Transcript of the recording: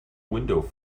window